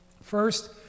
First